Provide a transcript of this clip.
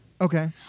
Okay